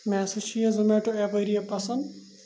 مےٚ ہَسا چھُ یہِ زومیٹو ایپ واریاہ پَسنٛد